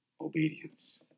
obedience